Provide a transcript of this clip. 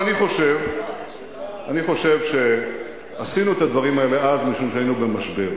אני חושב שעשינו את הדברים האלה אז משום שהיינו במשבר.